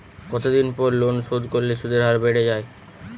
কতদিন পর লোন শোধ করলে সুদের হার বাড়ে য়ায়?